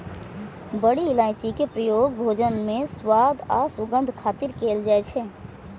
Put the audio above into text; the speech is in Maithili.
बड़ी इलायची के प्रयोग भोजन मे स्वाद आ सुगंध खातिर कैल जाइ छै